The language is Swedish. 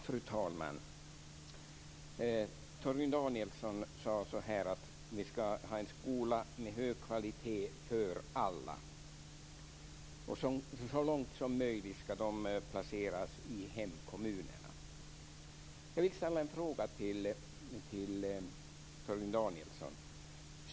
Fru talman! Torgny Danielsson sade att vi ska ha en skola med hög kvalitet för alla. Så långt som möjligt ska de placeras i hemkommunerna. Jag vill ställa en fråga till Torgny Danielsson.